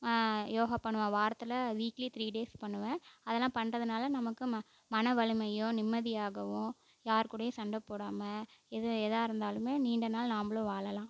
யோகா பண்ணுவேன் வாரத்தில் weekly three days பண்ணுவேன் அதெல்லாம் பண்ணுறதுனால நமக்கு மன வலிமையும் நிம்மதியாகவும் யார் கூடயும் சண்டை போடாமல் எது எதாக இருந்தாலும் நீண்ட நாள் நாம்மளும் வாழலாம்